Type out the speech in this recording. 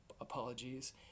apologies